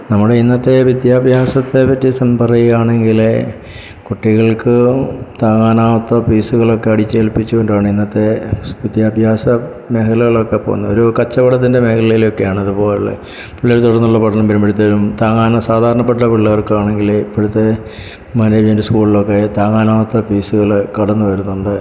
നമ്മുടെ ഇന്നത്തെ വിദ്യാഭ്യാസത്തെ പറ്റി പറയുകയാണെങ്കിൽ കുട്ടികൾക്ക് താങ്ങാനാകാത്ത ഫീസുകളൊക്കെ അടിച്ചേല്പിച്ച് കൊണ്ടാണ് ഇന്നത്തെ വിദ്യാഭ്യാസ മേഖലകളൊക്കെ പോകുന്നത് ഒരു കച്ചവടത്തിൻ്റെ മേഖലയിലേക്കാണ് അതുപോലുള്ള പിള്ളേർ തുടർന്നുള്ള പഠനം വരുമ്പോഴത്തേനും താങ്ങാനോ സാധാരണപ്പെട്ട പിള്ളേർക്ക് ആണെങ്കിൽ ഇപ്പോഴത്തെ മാനേജ്മെൻറ്റ് സ്കൂള്ലൊക്കെ താങ്ങാനാകാത്ത ഫീസുകൾ കടന്നുവരുന്നുണ്ട്